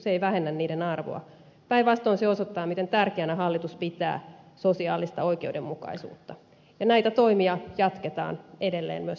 se ei vähennä niiden arvoa päinvastoin se osoittaa miten tärkeänä hallitus pitää sosiaalista oikeudenmukaisuutta ja näitä toimia jatketaan edelleen myös tässä hallituksessa